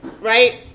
right